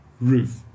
roof